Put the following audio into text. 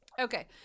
okay